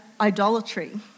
idolatry